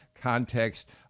context